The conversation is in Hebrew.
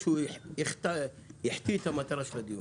שזה יחטיא את המטרה של הדיון.